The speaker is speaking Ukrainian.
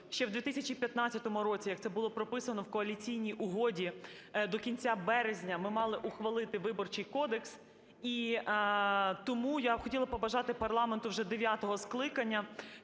ще в 2015 році, як це було прописано в Коаліційній угоді, до кінця березня ми мали ухвалити Виборчий кодекс. І тому я хотіла б побажати парламенту вже дев'ятого скликання,